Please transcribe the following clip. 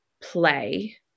play